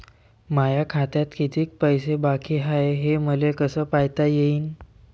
माया खात्यात कितीक पैसे बाकी हाय हे मले कस पायता येईन?